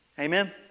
Amen